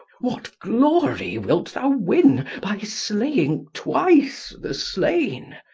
what glory wilt thou win by slaying twice the slain?